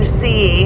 see